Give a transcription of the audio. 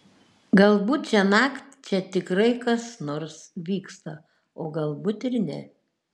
galbūt šiąnakt čia tikrai kas nors vyksta o galbūt ir ne